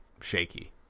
shaky